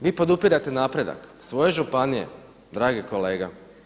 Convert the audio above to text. Vi podupirete napredak svoje županije dragi kolega.